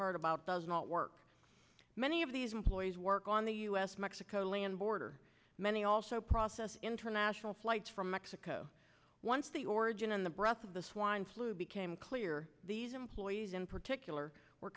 heard about does not work many of these employees work on the us mexico land border many also process international flights from mexico once the origin in the breath of the swine flu became clear these employees in particular were